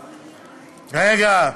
רגע.